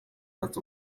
satz